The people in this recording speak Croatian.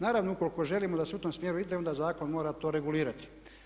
Naravno ukoliko želimo da se u tom smjeru ide onda zakon to mora regulirati.